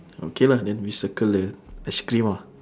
okay lah then we circle the ice cream ah